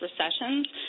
recessions